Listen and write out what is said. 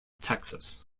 texas